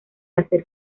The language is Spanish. hacer